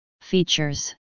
Features